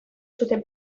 zuten